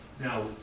Now